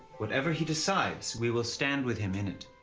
whatever he decides, we will stand with him in it.